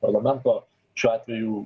parlamento šiuo atveju